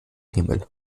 himmel